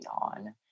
on